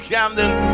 Camden